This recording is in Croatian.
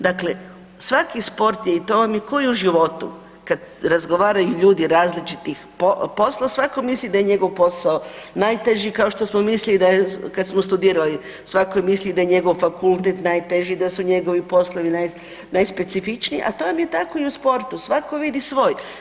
Dakle, svaki sport i to vam je ko i u životu kad razgovaraju ljudi različitih poslova, svako misli da je njegov posao najteži kao što smo mislili kad smo studirali svako je mislio da je njegov fakultet najteži, da su njegovi poslovi najspecifičniji, a to vam je tako i u sportu, svako vidi svoj.